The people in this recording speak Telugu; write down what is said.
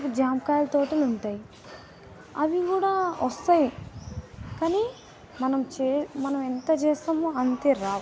ఇప్పుడు జామ కాయలు తోటలు ఉంటాయి అవి కూడా వస్తాయి కాని మనం చే మనం ఎంత చేస్తామో అంతే రావు